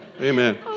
amen